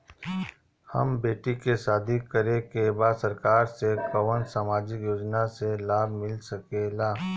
हमर बेटी के शादी करे के बा सरकार के कवन सामाजिक योजना से लाभ मिल सके ला?